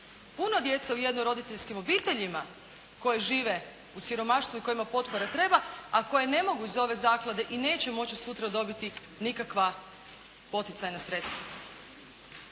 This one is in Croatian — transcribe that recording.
puno djece u jednoroditeljskim obiteljima koji žive u siromaštvu i kojima potpora treba, a koje ne mogu iz ove zaklade i neće moći sutra dobiti nikakva poticajna sredstva.